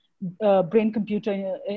brain-computer